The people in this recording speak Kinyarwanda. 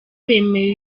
bemeye